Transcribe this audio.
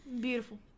Beautiful